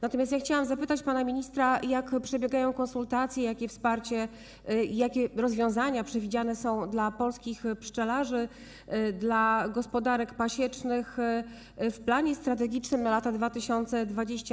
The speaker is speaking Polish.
Natomiast chciałam zapytać pana ministra, jak przebiegają konsultacje, jakie wsparcie, jakie rozwiązania przewidziane są dla polskich pszczelarzy, dla gospodarek pasiecznych w planie strategicznym na lata 2023–2027.